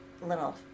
little